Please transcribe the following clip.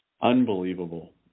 unbelievable